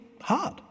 hard